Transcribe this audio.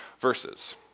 verses